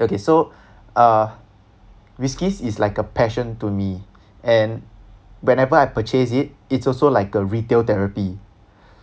okay so uh whiskies is like a passion to me and whenever I purchase it it's also like a retail therapy